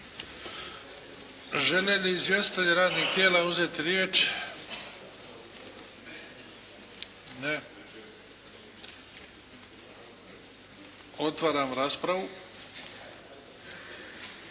Žele li izvjestitelji radnih tijela uzeti riječ? Ne. Otvaram raspravu.